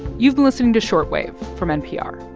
you've been listening to short wave from npr.